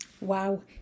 Wow